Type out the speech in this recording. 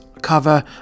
cover